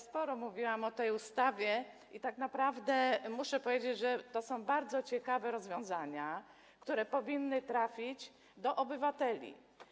Sporo mówiłam o tej ustawie i naprawdę muszę powiedzieć, że to są bardzo ciekawe rozwiązania, które powinny trafić do obywateli.